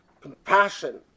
compassion